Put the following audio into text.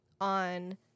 on